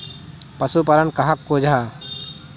पशुपालन कहाक को जाहा?